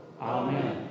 Amen